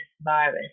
virus